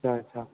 अच्छा अच्छा